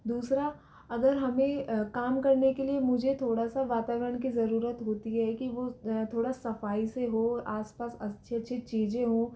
दूसरा अगर हमें काम करने के लिए मुझे थोड़ा सा वातावरण की ज़रूरत होती है कि वह थोड़ा सफाई से हो आस पास अच्छी अच्छी चीज़ें हो